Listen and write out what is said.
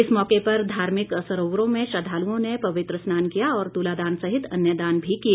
इस मौके पर धार्मिक सरोवरों में श्रद्वालुओं ने पवित्र स्नान किया और तुलादान सहित अन्य दान भी किए